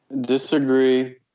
Disagree